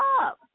up